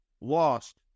lost